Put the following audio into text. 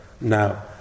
now